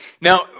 Now